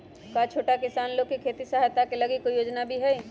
का छोटा किसान लोग के खेती सहायता के लगी कोई योजना भी हई?